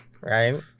right